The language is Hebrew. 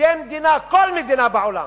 בידי מדינה, כל מדינה בעולם,